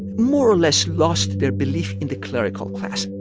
more or less, lost their belief in the clerical class.